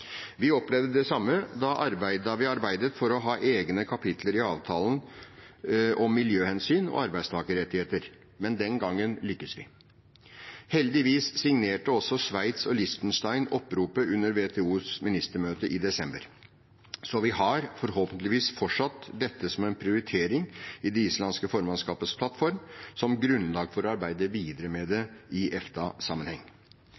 Vi opplevde det samme da vi arbeidet for å ha egne kapitler i avtalen om miljøhensyn og arbeidstakerrettigheter. Men den gangen lyktes vi. Heldigvis signerte også Sveits og Liechtenstein oppropet under WTOs ministermøte i desember. Så vi har, forhåpentligvis, fortsatt dette som en prioritering i det islandske formannskapets plattform som grunnlag for å arbeide videre med det